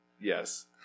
Yes